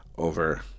over